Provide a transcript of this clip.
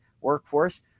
workforce